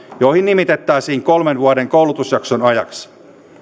joihin nimitettäisiin kolmen vuoden koulutusjakson ajaksi